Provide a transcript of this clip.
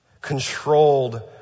controlled